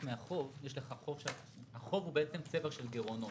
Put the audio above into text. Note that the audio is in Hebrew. החוב הוא בעצם צבר של גירעונות.